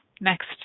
next